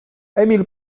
emil